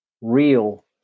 real